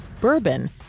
bourbon